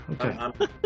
okay